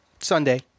Sunday